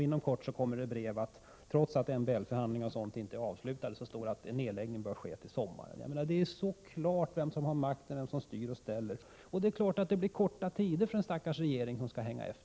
Inom kort kommer det sedan brev om att nedläggning, trots att MBL förhandlingarna inte är avslutade, bör ske till sommaren. Det är så klart vem som har makten och styr och ställer. Det är klart att tiden då blir kort för den stackars regering som skall hänga med.